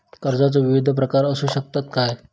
कर्जाचो विविध प्रकार असु शकतत काय?